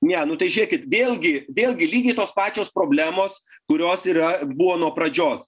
ne nu tai žiūrėkit vėlgi vėlgi lygiai tos pačios problemos kurios yra buvo nuo pradžios